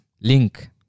link